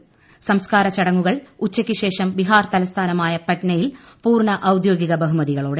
സ്റ്റ്സ്കാര ചടങ്ങുകൾ ഇന്ന് ഉച്ചക്ക് ശേഷം ബിഹാർ തലസ്ഥാനമായ പട്നയിൽ പൂർണ ഔദ്യോഗിക ബഹുമതികളോടെ